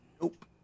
Nope